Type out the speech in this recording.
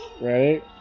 Ready